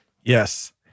Yes